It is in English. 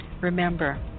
remember